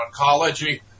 oncology